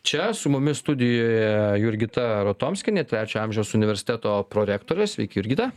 čia su mumis studijoje jurgita rotomskienė trečio amžiaus universiteto prorektorė sveiki jurgita